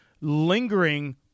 lingering